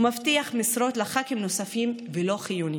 ומבטיח משרות לח"כים נוספים ולא חיוניים.